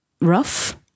Rough